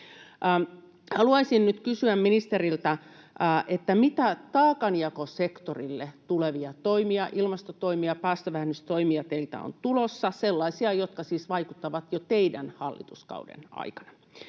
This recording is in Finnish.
Haluaisin nyt kysyä ministeriltä: mitä taakanjakosektorille tulevia toimia, ilmastotoimia tai päästövähennystoimia teiltä on tulossa, sellaisia, jotka siis vaikuttavat jo teidän hallituskautenne aikana?